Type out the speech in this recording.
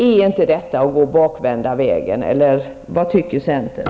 Är inte detta att gå den bakvända vägen? Vad tycker centern?